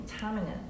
contaminant